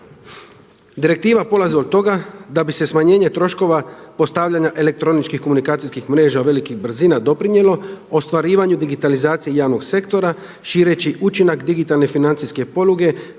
Direktiva polazi od toga da bi se smanjenje troškova postavljanja elektroničkih komunikacijskih mreža velikih brzina doprinijelo ostvarivanju digitalizacije javnog sektora šireći učinak digitalne financijske poluge